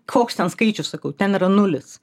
koks ten skaičius sakau ten yra nulis